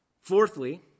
Fourthly